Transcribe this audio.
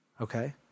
okay